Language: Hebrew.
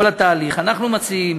כל התהליך, אנחנו מציעים